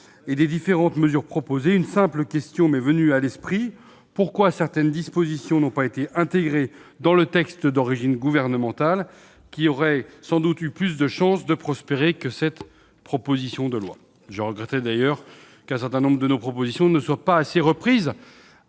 et des différentes mesures proposées, une question m'est venue à l'esprit : pourquoi certaines de celles-ci n'ont-elles pas été intégrées dans ce texte d'origine gouvernementale, qui a sans doute plus de chances de prospérer que la présente proposition de loi ? Je regrette d'ailleurs qu'un certain nombre de nos propositions de loi ne soient pas reprises